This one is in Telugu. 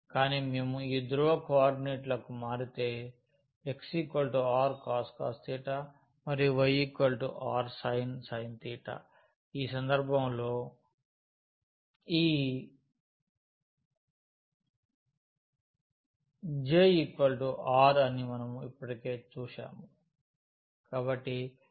కానీ మేము ఈ ధ్రువ కోఆర్డినేట్లకు మారితే x rcos మరియు y rsin ఆ సందర్భంలో ఈ J r అని మనము ఇప్పటికే చూశాము